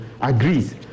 agrees